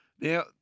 Now